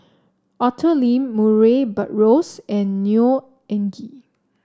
Arthur Lim Murray Buttrose and Neo Anngee